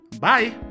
Bye